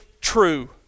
true